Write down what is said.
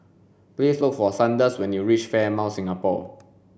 please look for Sanders when you reach Fairmont Singapore